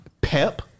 pep